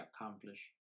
accomplish